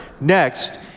next